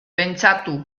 pentsatu